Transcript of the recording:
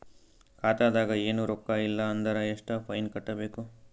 ಖಾತಾದಾಗ ಏನು ರೊಕ್ಕ ಇಲ್ಲ ಅಂದರ ಎಷ್ಟ ಫೈನ್ ಕಟ್ಟಬೇಕು?